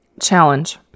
challenge